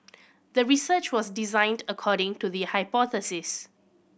the research was designed according to the hypothesis